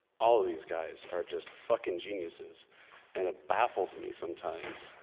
all of these guys are just fucking geniuses and it baffles me sometimes.